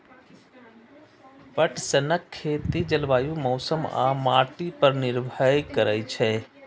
पटसनक खेती जलवायु, मौसम आ माटि पर निर्भर करै छै